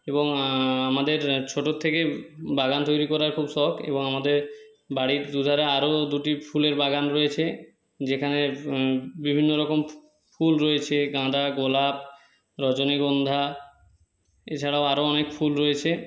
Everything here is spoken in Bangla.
এবং আমাদের ছোটোর থেকে বাগান তৈরি করার খুব শখ এবং আমাদের বাড়ির দুধারে আরও দুটি ফুলের বাগান রয়েছে যেখানে বিভিন্ন রকম ফুল রয়েছে গাঁদা গোলাপ রজনীগন্ধা এছাড়াও আরও অনেক ফুল রয়েছে